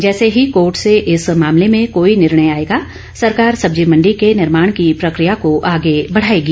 जैसे ही कोर्ट से इस मामले में कोई निर्णय आएगा सरकार सब्जी मंडी के निर्माण की प्रक्रिया को आगे बढ़ाएगी